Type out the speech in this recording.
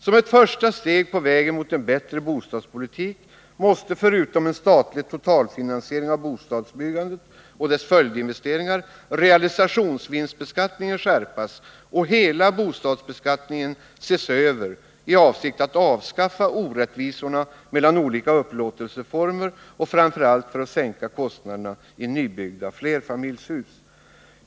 Som ett första steg på vägen mot en bättre bostadspolitik måste förutom en statlig totalfinansiering av bostadsbyggandet och dess följdinvesteringar realisationsvinstbeskattningen skärpas och hela bostadsbeskattningen ses över i avsikt att avskaffa orättvisorna mellan olika upplåtelseformer och framför allt för att sänka kostnaderna i nybyggda flerfamiljshus.